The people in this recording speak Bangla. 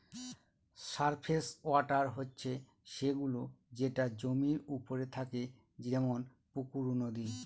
সারফেস ওয়াটার হচ্ছে সে গুলো যেটা জমির ওপরে থাকে যেমন পুকুর, নদী